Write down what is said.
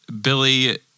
Billy